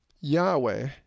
Yahweh